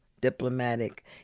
diplomatic